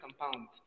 compounds